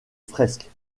fresques